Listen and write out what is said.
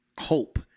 hope